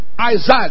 Isaiah